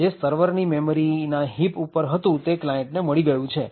જે સર્વરની મેમરી ના હીપ ઉપર હતું તે ક્લાયન્ટને મળી ગયેલું છે